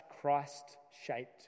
Christ-shaped